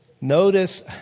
Notice